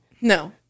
No